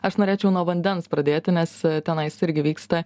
aš norėčiau nuo vandens pradėti nes tenai irgi vyksta